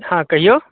हँ कहियौ